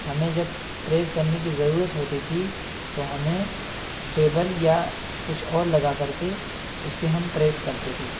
ہمیں جب پریس کرنے کی ضرورت ہوتی تھی تو ہمیں ٹیبل یا کچھ اور لگا کر کے اس پہ ہم پریس کرتے تھے